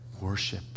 worship